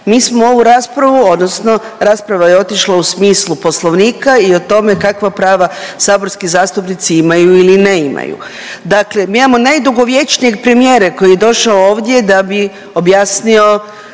Mi smo ovu raspravu odnosno rasprava je otišla u smislu poslovnika i o tome kakva prava saborski zastupnici imaju ili ne imaju. Dakle mi imamo najdugovječnijeg premijera koji je došao ovdje da bi objasnio